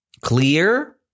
Clear